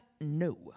no